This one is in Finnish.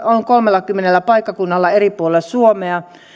on kolmellakymmenellä paikkakunnalla eri puolilla suomea